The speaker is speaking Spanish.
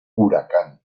huracán